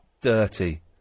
dirty